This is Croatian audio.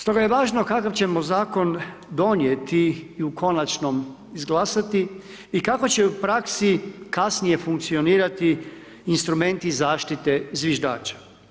Stoga je važno kakav ćemo zakon donijeti i u konačnom izglasati i kako će u praksi kasnije funkcionirati instrumenti zaštite zviždača.